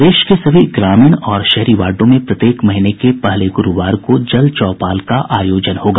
प्रदेश के सभी ग्रामीण और शहरी वार्डों में प्रत्येक महीने के पहले ग्रूवार को जल चौपाल का आयोजन होगा